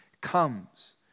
comes